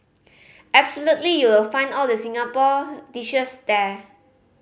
absolutely you will find all the Singaporean dishes there